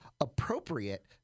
appropriate